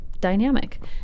dynamic